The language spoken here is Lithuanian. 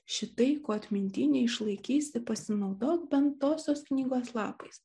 šitai ko atminty neišlaikysi pasinaudok bent tosios knygos lapais